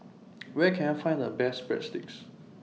Where Can I Find The Best Breadsticks